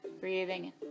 Breathing